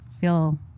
feel